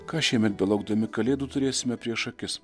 ką šiemet belaukdami kalėdų turėsime prieš akis